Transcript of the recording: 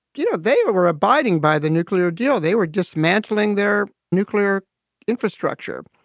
you know, they were abiding by the nuclear deal. they were dismantling their nuclear infrastructure.